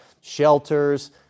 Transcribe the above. shelters